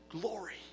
glory